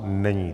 Není.